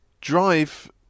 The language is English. drive